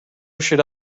should